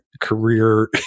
career